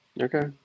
Okay